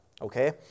okay